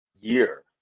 year